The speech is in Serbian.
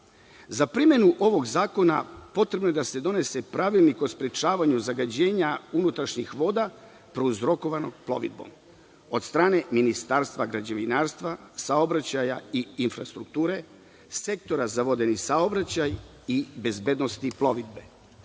Za primenu ovog zakona potrebno je da se donese pravilnik o sprečavanju zagađenja unutrašnjih voda prouzrokovanog plovidbom od strane Ministarstva građevinarstva, saobraćaja i infrastrukture, sektora za vodeni saobraćaj i bezbednosti plovidbe.